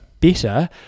better